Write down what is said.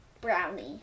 Brownie